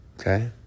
Okay